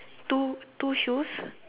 two two shoes